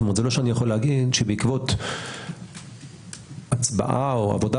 זה לא שאני יכול לומר שבעקבות הצבעה או עבודת